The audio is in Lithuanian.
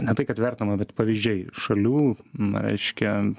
ne tai kad vertinama bet pavyzdžiai šalių m reiškia